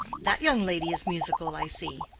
that young lady is musical i see!